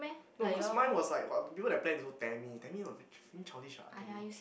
no because mine was like what people that plan also Tammy Tammy was freaking childish ah Tammy